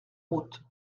route